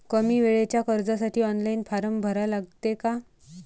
कमी वेळेच्या कर्जासाठी ऑनलाईन फारम भरा लागते का?